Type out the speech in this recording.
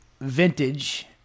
vintage